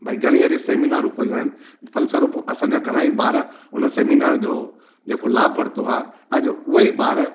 बई घणी घनी सैमिनारूं कयूं आहिनि फलस्वरूप असांजा घणाई ॿार हुन सैमिनार जो जेको लाभ वरितो आहे अॼ उहेई ॿार